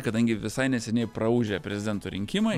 kadangi visai neseniai praūžę prezidento rinkimai